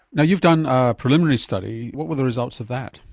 now you've done a preliminary study, what were the results of that?